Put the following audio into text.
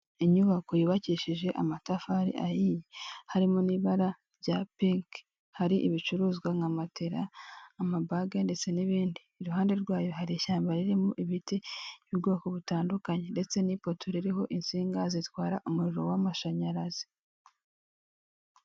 Inyubako yubakishije amatafari ahiye, harimo n'ibara rya pinki, hari ibicuruzwa nka matela, amabage ndetse n'ibindi, iruhande rwayo hari ishyamba ririmo ibiti by'ubwoko butandukanye ndetse n'ipoto ririho insinga zitwara umuriro w'amashanyarazi.